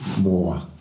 more